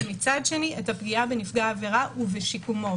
ומצד שני את הפגיעה בנפגע העבירה ובשיקומו.